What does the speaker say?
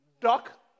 duck